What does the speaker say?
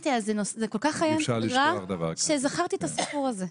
אמרתי לה: זה כל כך היה נורא שזכרתי את הסיפור הזה.